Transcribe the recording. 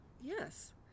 yes